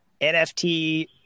nft